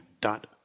dot